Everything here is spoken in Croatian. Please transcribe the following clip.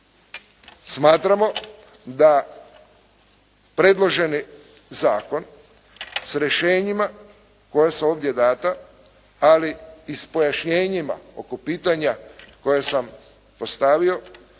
Smatramo da predloženi zakon s rješenjima koja su ovdje dana, ali i s pojašnjenjima oko pitanja koja sam postavio,